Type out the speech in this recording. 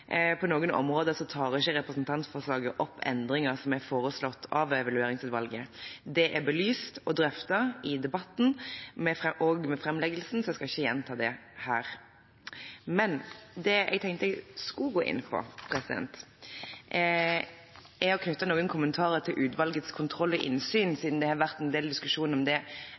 På noen områder tar ikke representantforslaget opp endringer som er foreslått av evalueringsutvalget. Det er belyst og drøftet i debatten og ved framleggelsen, så jeg skal ikke gjenta det her. Men det jeg hadde tenkt at jeg skulle gjøre, var å knytte noen kommentarer til utvalgets kontroll og innsyn, siden det har vært en del diskusjon om det